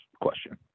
question